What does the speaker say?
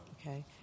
Okay